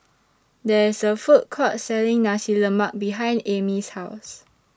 There IS A Food Court Selling Nasi Lemak behind Amy's House